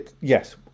Yes